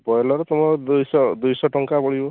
boiler ତୁମର ଦୁଇଶହ ଦୁଇଶହ ଟଙ୍କା ପଡ଼ିବ